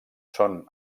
són